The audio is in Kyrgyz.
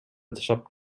жашап